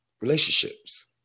Relationships